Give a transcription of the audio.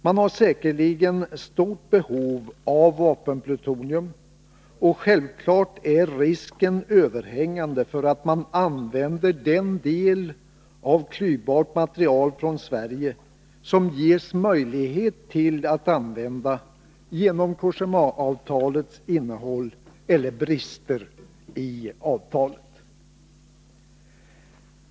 Man har säkerligen stort behov av vapenplutonium, och självfallet är risken överhängande för att man använder den del av klyvbart material från Sverige som det ges möjlighet att använda genom Cogémaavtalets innehåll eller genom brister i avtalet.